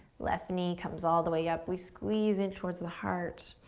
left knee comes all the way up. we squeeze in towards the heart.